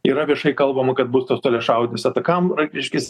yra viešai kalbama kad bus tos toliašaudės atakam reiškias